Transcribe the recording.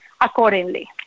accordingly